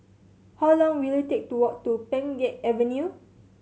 how long will it take to walk to Pheng Geck Avenue